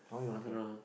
I also don't know